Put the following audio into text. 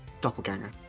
Doppelganger